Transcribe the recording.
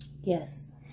Yes